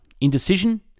indecision